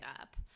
up